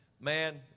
man